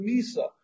Misa